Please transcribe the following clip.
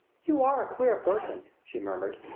you are a queer person! she murmured.